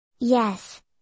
Yes